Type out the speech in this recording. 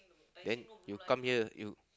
then you come here you